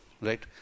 right